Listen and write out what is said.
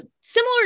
similar